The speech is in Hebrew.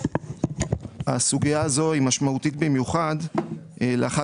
הסוגייה הזו היא משמעותית במיוחד לאחר